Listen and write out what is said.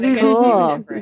cool